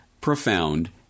profound